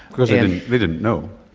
because they didn't know.